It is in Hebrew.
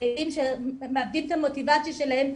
בילדים שמאבדים את המוטיבציה שלהם,